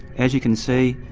as you can see,